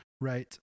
Right